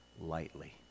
lightly